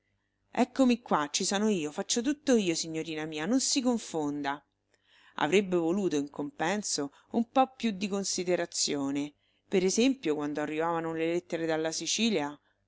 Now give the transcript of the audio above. eccomi qua ci sono io faccio tutto io signorina mia non si confonda avrebbe voluto in compenso un po più di considerazione per esempio quando arrivavano le lettere dalla sicilia